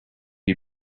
you